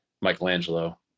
Michelangelo